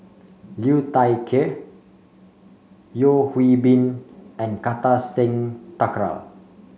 Liu Thai Ker Yeo Hwee Bin and Kartar Singh Thakral